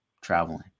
traveling